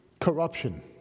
corruption